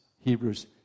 Hebrews